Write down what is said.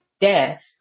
death